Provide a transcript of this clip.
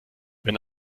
wenn